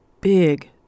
big